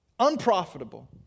unprofitable